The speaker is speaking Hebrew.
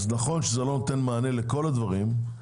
נכון שזה לא נותן מענה לכל הדברים.